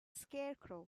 scarecrow